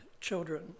children